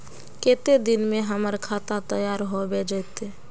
केते दिन में हमर खाता तैयार होबे जते?